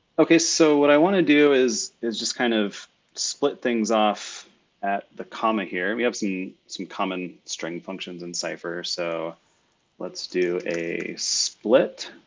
okay, so what i wanna do is is just kind of split things off at the comma here. we have some some common string functions in cipher. so let's do a split.